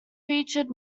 featured